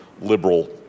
liberal